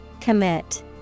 Commit